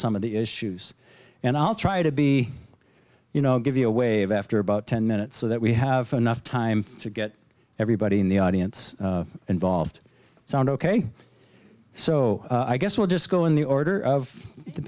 some of the issues and i'll try to be you know give you a wave after about ten minutes so that we have enough time to get everybody in the audience involved sound ok so i guess we'll just go in the order of the